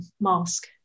mask